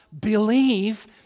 believe